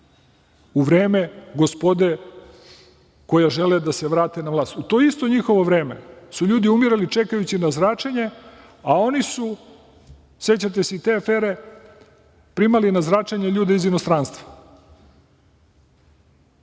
u vreme gospode koja želi da se vrati na vlast. U to isto njihovo vreme ljudi su umirali čekajući na zračenje, a oni su, sećate se i te afere primali na zračenje ljude iz inostranstva.U